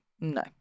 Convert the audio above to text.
No